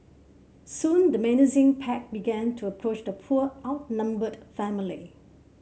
soon the menacing pack began to approach the poor outnumbered family